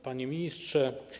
Panie Ministrze!